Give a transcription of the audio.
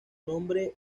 nombre